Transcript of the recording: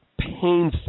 painful